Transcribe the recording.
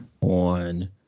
on